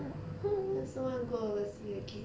I also wanna go overseas again